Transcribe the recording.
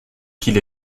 qu’il